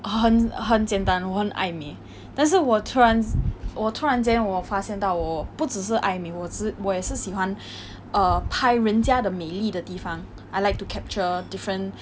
很很简单我很爱美但是我突然我突然间我发现到我不只是爱美我我只我也是喜欢 err 拍人家的美丽的地方 I like to capture different